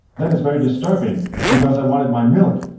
then it's very disturbing because i wanted my milk.